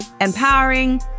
empowering